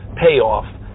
payoff